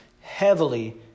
heavily